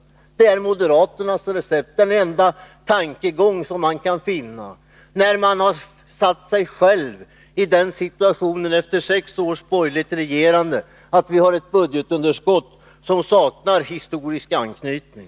Det är moderaternas recept — den enda tankegång som man kan finna sedan de borgerliga satt sig själva i den situationen efter sex års regerande är att vi har ett budgetunderskott som saknar historiskt motstycke.